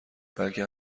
بلکه